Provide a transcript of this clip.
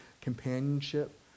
companionship